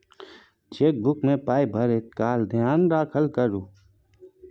chequebook मे पाय भरैत काल धेयान राखल करू